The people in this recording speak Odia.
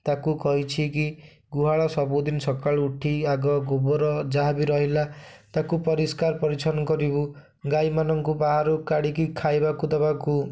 ତାକୁ କହିଛି କି ଗୁହାଳ ସବୁଦିନ ସକାଳୁ ଉଠି ଆଗ ଗୋବର ଯାହାବି ରହିଲା ତାକୁ ପରିଷ୍କାର ପରିଚ୍ଛନ୍ନ କରିବୁ ଗାଈମାନଙ୍କୁ ବାହାରୁ କାଢ଼ିକି ଖାଇବାକୁ ଦେବାକୁ